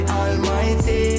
almighty